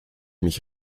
mich